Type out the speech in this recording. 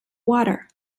water